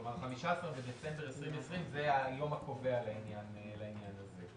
כלומר 15 בדצמבר 2020 זה היום הקובע לעניין הזה.